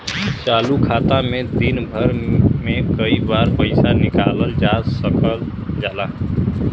चालू खाता में दिन भर में कई बार पइसा निकालल जा सकल जाला